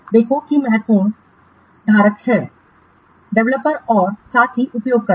देखें दो महत्वपूर्ण हितधारक हैं डेवलपर और साथ ही उपयोगकर्ता